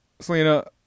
Selena